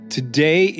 Today